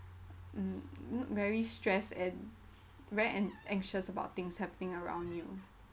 mm very stress and very an~ anxious about things happening around you